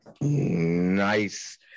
Nice